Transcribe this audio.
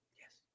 Yes